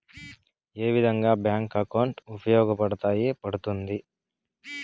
ఏ విధంగా bank account ఉపయోగపడతాయి పడ్తుంది